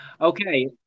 Okay